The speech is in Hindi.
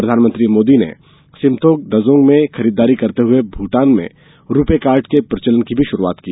प्रधानमंत्री मोदी ने सिम्तोखा दजोंग में खरीददारी करते हुए भूटान में रूपे कार्ड के प्रचलन की भी शुरूआत की